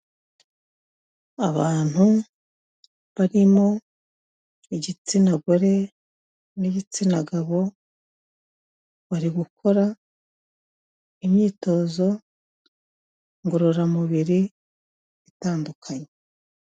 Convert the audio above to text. Abantu barimo igitsina gore n'igitsina gabo bari gukora imyitozo ngororamubiri itandukanye.